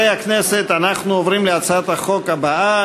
אני קובע שהצעת החוק אושרה בקריאה